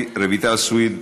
חברת הכנסת רויטל סויד,